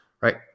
right